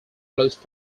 closed